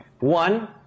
One